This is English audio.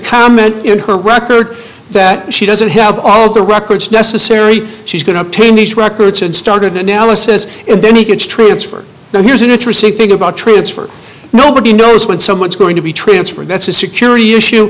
comment in her record that she doesn't have all of the records necessary she's going to take in these records and started analysis and then he gets transferred now here's an interesting thing about transfer nobody knows when someone's going to be transferred that's a security issue